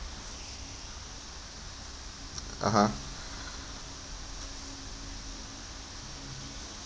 (uh huh)